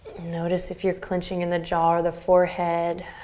notice if you're clinching in the jaw or the forehead.